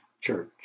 church